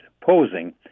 posing